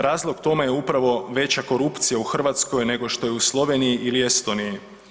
Razlog tome je upravo veća korupcija u Hrvatskoj nego što je u Sloveniji ili Estoniji.